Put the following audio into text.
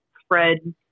spread